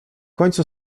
końcu